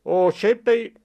o šiaip tai